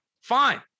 Fine